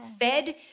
fed